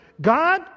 God